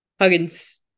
Huggins